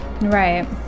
Right